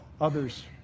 others